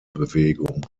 bewegung